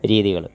രീതികൾ